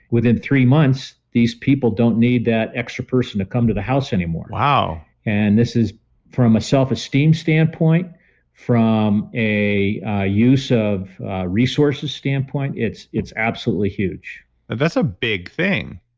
within three months, these people don't need that extra person to come to the house anymore wow and this is from a self-esteem standpoint from ah use of resources standpoint. it's it's absolutely huge that's a big thing.